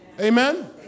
Amen